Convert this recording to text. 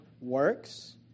works